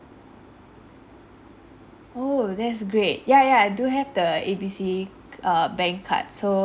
oh that's great ya ya I do have the A B C err bank card so